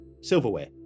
silverware